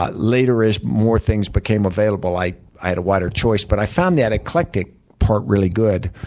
ah later, as more things became available, i i had a wider choice. but i found that eclectic part really good.